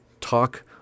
talk